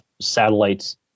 satellites